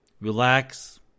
relax